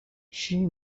she